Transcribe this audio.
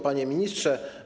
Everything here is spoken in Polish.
Panie Ministrze!